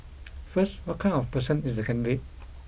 first what kind of person is the candidate